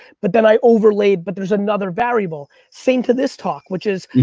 but then i overlaid, but there's another variable. same to this talk, which is,